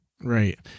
Right